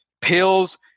pills